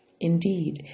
indeed